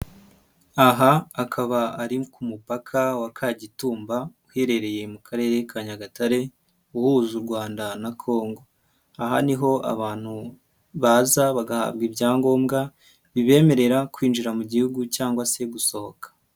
Aha akaba ari ku mupaka wa Kagitumba uherereye mu karere ka Nyagatare uhuza u Rwanda na Congo, aha niho abantu baza bagahabwa ibyangombwa bibemerera kwinjira mu gihugu cyangwa se gusohoka.